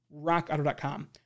rockauto.com